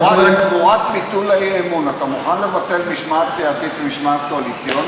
תמורת ביטול האי-אמון אתה מוכן לבטל משמעת סיעתית ומשמעת קואליציונית?